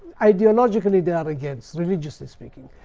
ideologically, they are against, religiously speaking.